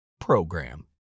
program